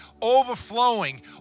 overflowing